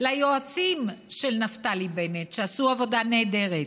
ליועצים של נפתלי בנט, שעשו עבודה נהדרת,